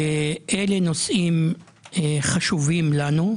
אלה נושאים חשובים לנו.